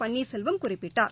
பன்னீர்செல்வம் குறிப்பிட்டார்